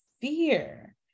fear